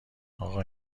اقا